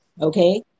okay